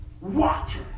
water